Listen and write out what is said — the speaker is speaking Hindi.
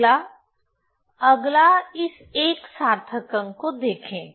अगला अगला इस एक सार्थक अंक को देखें